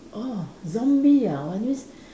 orh zombie ah means